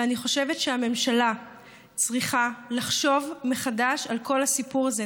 ואני חושבת שהממשלה צריכה לחשוב מחדש על כל הסיפור הזה.